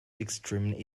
extremely